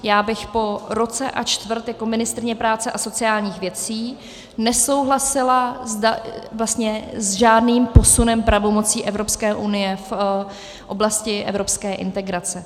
Já bych po roce a čtvrt jako ministryně práce a sociálních věcí nesouhlasila vlastně s žádným posunem pravomocí Evropské unie v oblasti evropské integrace.